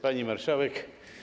Pani Marszałek!